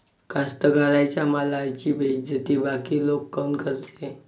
कास्तकाराइच्या मालाची बेइज्जती बाकी लोक काऊन करते?